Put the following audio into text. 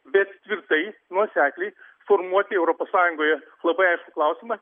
bet tvirtai nuosekliai formuoti europos sąjungoje labai aiškų klausimą